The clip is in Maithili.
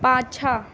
पाछाँ